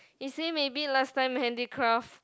is he maybe last time handicraft